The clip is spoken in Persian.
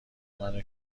منو